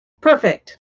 Perfect